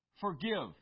Forgive